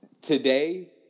today